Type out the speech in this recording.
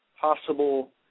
possible